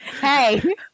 hey